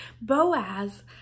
Boaz